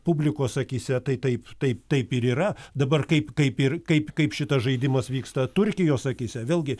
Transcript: publikos akyse tai taip taip taip ir yra dabar kaip kaip ir kaip kaip šitas žaidimas vyksta turkijos akyse vėlgi